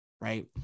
right